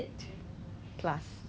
so your profit